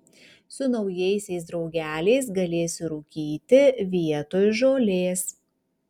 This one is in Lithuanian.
su naujaisiais draugeliais galėsi rūkyti vietoj žolės